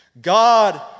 God